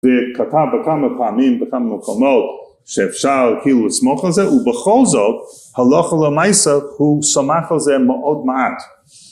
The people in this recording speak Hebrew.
וכתב בכמה פעמים בכמה מקומות שאפשר כאילו לסמוך על זה ובכל זאת הלכה למעשה הוא סמך על זה מאוד מעט